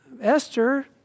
Esther